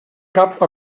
cap